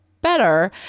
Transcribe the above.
better